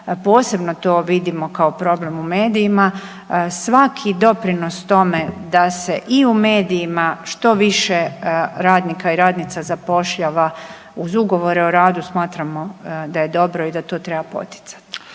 posebno to vidimo kao problem u medijima, svaki doprinos tome da se i u medijima što više radnika i radnica zapošljava uz Ugovore o radu, smatramo da je dobro i da to treba poticati.